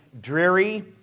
dreary